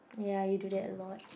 ya you do that a lot